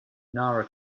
nara